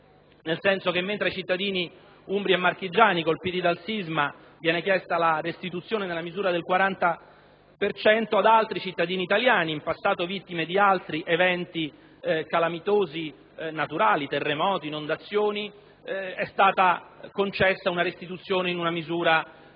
nel senso che mentre ai cittadini umbri e marchigiani colpiti dal sisma viene chiesta la restituzione nella misura del 40 per cento, ad altri cittadini italiani, in passato vittime di eventi calamitosi e naturali (terremoti, inondazioni) è stata concessa una restituzione in misura molto